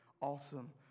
awesome